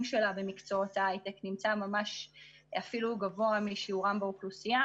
שלה במקצועות ההיי-טק נמצא ממש אפילו גבוה משיעורם באוכלוסייה,